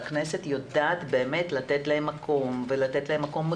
והכנסת יודעת באמת לתת להם מקום מכובד,